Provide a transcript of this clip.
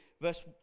verse